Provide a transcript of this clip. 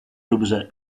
dobře